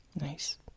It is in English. Nice